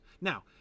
Now